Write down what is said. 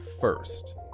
first